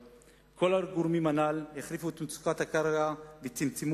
הגורמים הנ"ל החריפו את מצוקת הקרקע וצמצמו